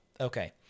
Okay